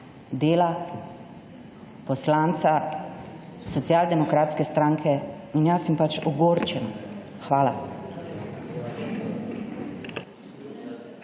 dela poslanca Socialno demokratske stranke in jaz sem pač ogorčena. Hvala.